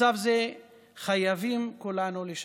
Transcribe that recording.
מצב זה חייבים כולנו לשנות.